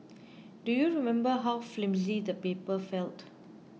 do you remember how flimsy the paper felt